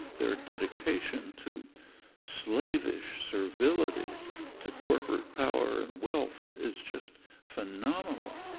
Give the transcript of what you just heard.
their dedication to slavish servility to corporate power and wealth is just phenomenal.